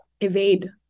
evade